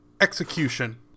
execution